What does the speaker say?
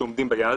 שעומדים ביעד.